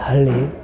ಹಳ್ಳಿ